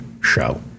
show